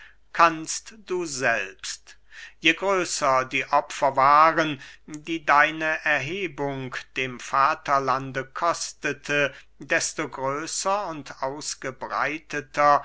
kannst du selbst je größer die opfer waren die deine erhebung dem vaterlande kostete desto größer und ausgebreiteter